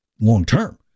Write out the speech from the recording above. long-term